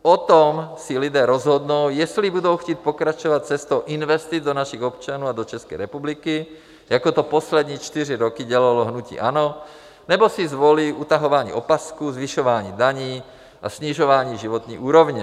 O tom si lidé rozhodnou, jestli budou chtít pokračovat cestou investic do našich občanů a do České republiky, jako to poslední čtyři roky dělalo hnutí ANO, nebo si zvolí utahování opasků, zvyšování daní a snižování životní úrovně.